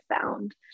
found